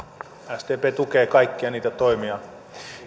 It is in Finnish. sdp tukee kaikkia niitä toimia